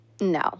No